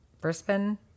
Brisbane